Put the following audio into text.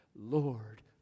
Lord